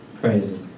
Crazy